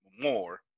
more